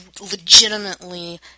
legitimately